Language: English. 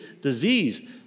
disease